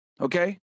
Okay